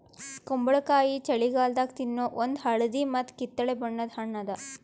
ಕುಂಬಳಕಾಯಿ ಛಳಿಗಾಲದಾಗ ತಿನ್ನೋ ಒಂದ್ ಹಳದಿ ಮತ್ತ್ ಕಿತ್ತಳೆ ಬಣ್ಣದ ಹಣ್ಣ್ ಅದಾ